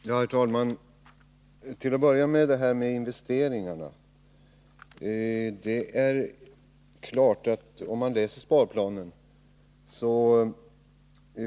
Herr talman! Till att börja med vill jag återkomma till frågan om investeringarna.